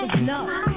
No